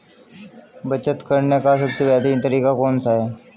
बचत करने का सबसे बेहतरीन तरीका कौन सा है?